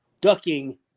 Ducking